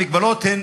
המגבלות הן